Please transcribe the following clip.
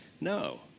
No